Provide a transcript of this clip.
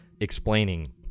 explaining